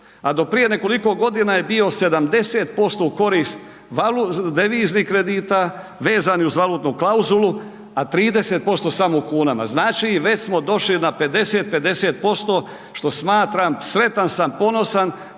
a do prije nekoliko godina je bio 70% u korist deviznih kredita vezanih uz valutnu klauzulu a 30% samo u kunama. Znači, već smo došli na 50-50% što smatram, sretan sam, ponosan,